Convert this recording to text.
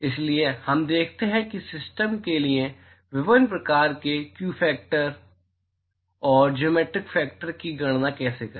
इसलिए हम देखते हैं कि सिस्टम के लिए विभिन्न प्रकार के व्यू फैक्टर और ज्योमेट्रिक फैक्टर की गणना कैसे करें